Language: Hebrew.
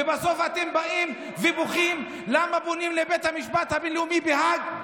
ובסוף אתם באים ובוכים למה פונים לבית המשפט הבין-לאומי בהאג?